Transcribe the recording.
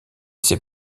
ses